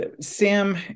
Sam